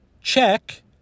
Check